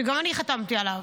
שגם אני חתמתי עליו,